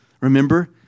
Remember